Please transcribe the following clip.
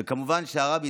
וכמובן שהרב,